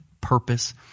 purpose